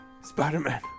Spider-Man